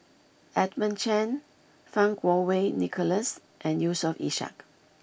Edmund Chen Fang Kuo Wei Nicholas and Yusof Ishak